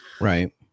right